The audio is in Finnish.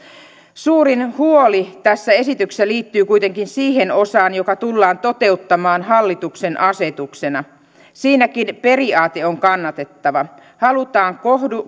suurin huoli tässä esityksessä liittyy kuitenkin siihen osaan joka tullaan toteuttamaan hallituksen asetuksena siinäkin periaate on kannatettava halutaan